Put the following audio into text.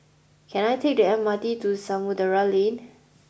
can I take the M R T to Samudera Lane